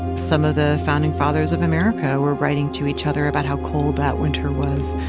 some of the founding fathers of america were writing to each other about how cold that winter was.